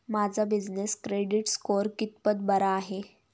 माझा business credit score कितपत बरा आहे?